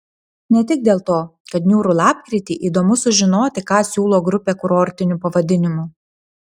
ne tik dėl to kad niūrų lapkritį įdomu sužinoti ką siūlo grupė kurortiniu pavadinimu